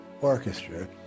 orchestra